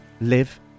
live